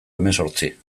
hemezortzi